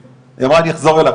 היא אמרה: אני אחזור אלייך,